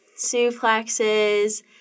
suplexes